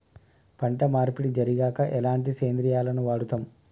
పంట మార్పిడి జరిగాక ఎలాంటి సేంద్రియాలను వాడుతం?